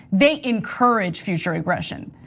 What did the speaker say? they encourage future aggression.